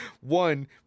One